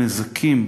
הנזקים